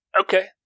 Okay